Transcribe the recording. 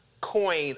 coin